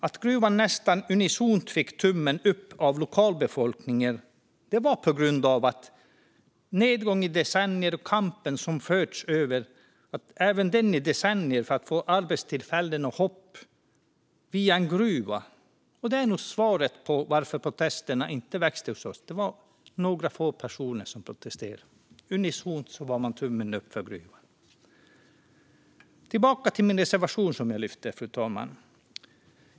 Att gruvan nästan unisont fick tummen upp av lokalbefolkningen var på grund av nedgång i decennier och kampen som förts - även den i decennier - för att få till arbetstillfällen och hopp via en gruva. Det är nog svaret på varför protesterna inte växte hos oss. Det var några personer som protesterade, men man gav nästan unisont tummen upp för gruvan. Tillbaka till min reservation som jag yrkade bifall till, fru talman.